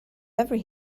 every